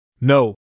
No